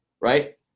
right